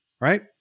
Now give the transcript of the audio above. right